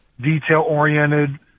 detail-oriented